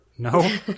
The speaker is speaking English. No